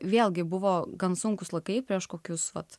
vėlgi buvo gan sunkūs laikai prieš kokius vat